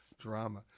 Drama